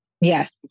Yes